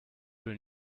will